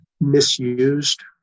misused